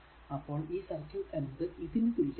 അപ്പോൾ ഈ സർക്യൂട്ട് എന്നതു ഇതിനു തുല്യമാണ്